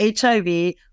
HIV